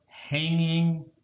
hanging